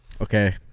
Okay